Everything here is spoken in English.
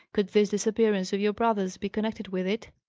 could this disappearance of your brother's be connected with it?